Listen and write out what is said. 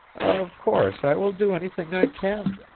of course i will do anything i can.